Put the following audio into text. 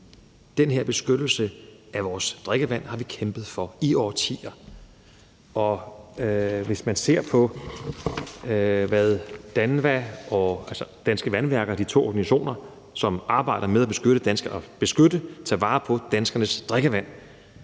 den her beskyttelse af vores drikkevand har de kæmpet for i årtier, og DANVA og Danske Vandværker, som er de to organisationer, som arbejder med at beskytte og tage vare på danskernes drikkevand,